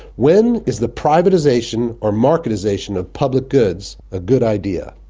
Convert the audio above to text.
when is the privatization or marketization of public goods a good idea?